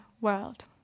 world